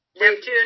Neptune